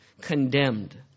condemned